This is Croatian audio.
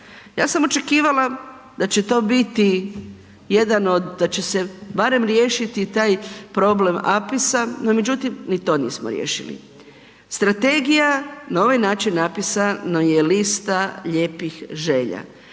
jedan od, da će se barem riješiti taj problem Apisa, no međutim ni to nismo riješili. Strategija, novi način Apisa no je lista lijepih želja.